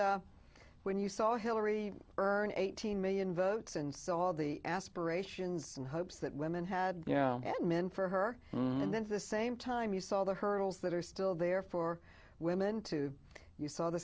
that when you saw hillary earn eighteen million votes and so all the aspirations and hopes that women had yeah men for her and then to the same time you saw the hurdles that are still there for women to you saw the